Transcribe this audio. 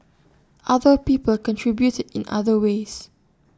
other people contributed in other ways